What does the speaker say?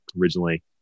originally